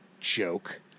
joke